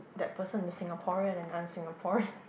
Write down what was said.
that person is Singaporean and I'm Singaporean